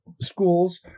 schools